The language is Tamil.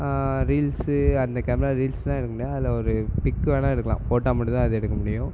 ரீல்ஸு அந்த கேமராவில ரீல்ஸ் தான் எடுக்க முடியாது அதில் ஒரு பிக் வேணா எடுக்கலாம் ஃபோட்டா மட்டுந்தான் அது எடுக்க முடியும்